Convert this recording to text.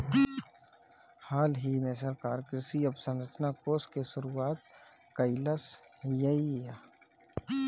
हालही में सरकार कृषि अवसंरचना कोष के शुरुआत कइलस हियअ